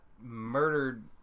murdered